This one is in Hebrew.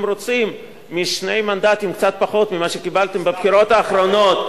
רוצים משני מנדטים קצת פחות ממה שקיבלתם בבחירות האחרונות,